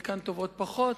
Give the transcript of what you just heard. חלקן טובות פחות.